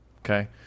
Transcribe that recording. Okay